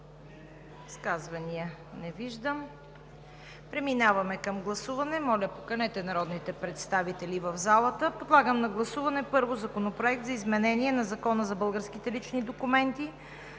първо Законопроект за изменение на Закона за българските лични документи,